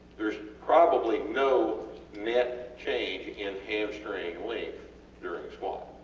there is probably no net change in hamstring length during a squat,